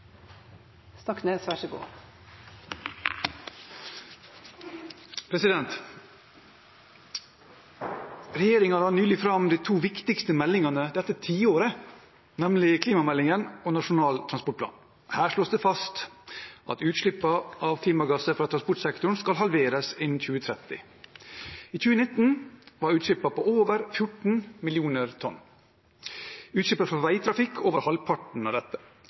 la nylig fram de to viktigste meldingene dette tiåret, nemlig klimameldingen og Nasjonal transportplan. Her slås det fast at utslippene av klimagasser fra transportsektoren skal halveres innen 2030. I 2019 var utslippene på over 14 millioner tonn. Utslippene fra veitrafikk utgjorde over halvparten av dette.